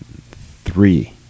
three